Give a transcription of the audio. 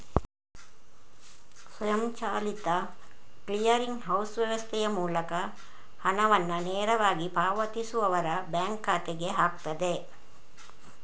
ಸ್ವಯಂಚಾಲಿತ clearing house ವ್ಯವಸ್ಥೆಯ ಮೂಲಕ ಹಣವನ್ನ ನೇರವಾಗಿ ಪಾವತಿಸುವವರ ಬ್ಯಾಂಕ್ ಖಾತೆಗೆ ಹಾಕ್ತದೆ